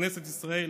בכנסת ישראל,